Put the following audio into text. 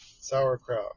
sauerkraut